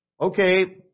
okay